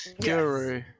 Guru